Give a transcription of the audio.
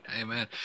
Amen